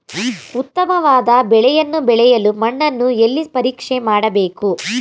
ಉತ್ತಮವಾದ ಬೆಳೆಯನ್ನು ಬೆಳೆಯಲು ಮಣ್ಣನ್ನು ಎಲ್ಲಿ ಪರೀಕ್ಷೆ ಮಾಡಬೇಕು?